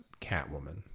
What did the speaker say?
Catwoman